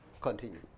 Continue